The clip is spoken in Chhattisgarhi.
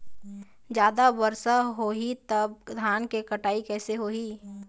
जादा वर्षा होही तब धान के कटाई कैसे होही?